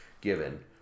given